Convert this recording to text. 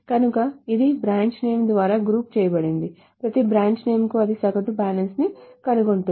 కనుక ఇది branch name ద్వారా గ్రూప్ చేయబడింది ప్రతి బ్రాంచ్ నేమ్ కు అది సగటు బ్యాలెన్స్ని కనుగొంటుంది